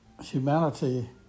Humanity